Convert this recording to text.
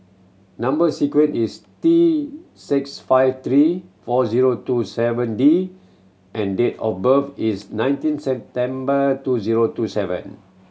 number sequence is T six five three four zero two seven D and date of birth is nineteen September two zero two seven